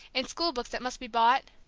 and school-books that must be bought?